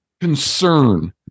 concern